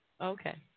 Okay